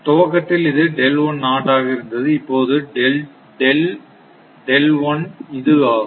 துவக்கத்தில் இது ஆக இருந்தது இப்போது இது ஆகும்